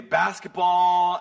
basketball